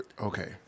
Okay